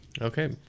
Okay